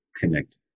connect